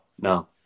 no